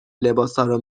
لباسارو